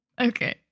Okay